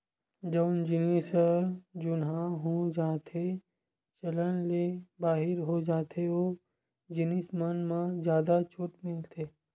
जउन जिनिस ह जुनहा हो जाथेए चलन ले बाहिर हो जाथे ओ जिनिस मन म जादा छूट मिलथे